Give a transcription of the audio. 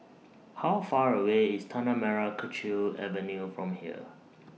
How Far away IS Tanah Merah Kechil Avenue from here